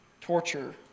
torture